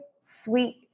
sweet